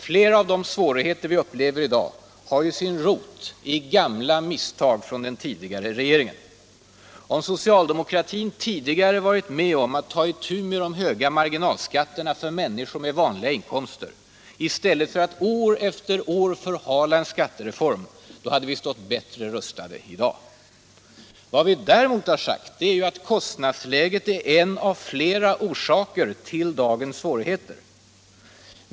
Flera av de svårigheter vi upplever i dag har ju sin rot i gamla misstag från den förra regeringen. Om socialdemokratin tidigare varit med om att ta itu med de höga marginalskatterna för människor med vanliga inkomster i stället för att år efter år förhala en skattereform, då hade vi stått bättre rustade i dag. Vad vi däremot har sagt är att kostnadsläget är en av flera orsaker till dagens svårigheter.